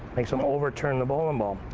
makes them overturn the bowling ball.